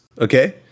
okay